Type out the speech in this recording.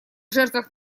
жертвах